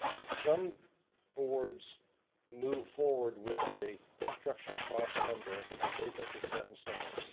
some boards move forward with a construction cost number that they think is set in stone,